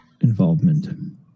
involvement